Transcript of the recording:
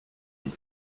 den